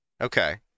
Okay